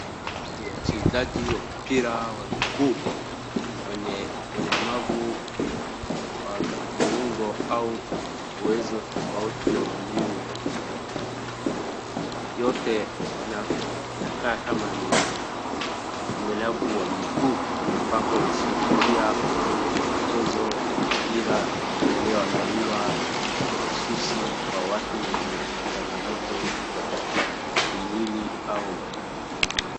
Wachezaji wa mpira wa miguu wenye ulemavu wa viungo au uwezo tofauti wa mwili, yote inakaa kama ni ulemavu wa miguu ambapo hushirikia kwenye mchezo ya mipira iliyo andaliwa hasusi kwa watu wenye changamoto za kimwili au...